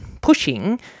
pushing